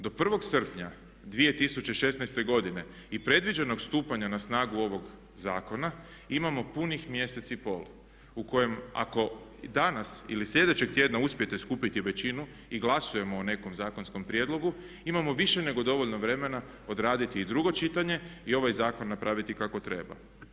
Do 1. srpnja 2016. godine i predviđenog stupanja na snagu ovog zakona imamo punih mjesec i pol u kojem ako danas ili sljedećeg tjedna uspijete skupiti većinu i glasujemo o nekom zakonskom prijedlogu imamo više nego dovoljno vremena odraditi i drugo čitanje i ovaj zakon napraviti kako treba.